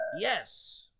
Yes